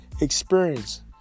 experience